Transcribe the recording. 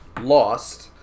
lost